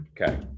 Okay